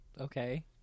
okay